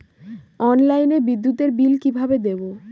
অনলাইনে বিদ্যুতের বিল কিভাবে দেব?